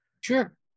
sure